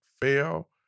fail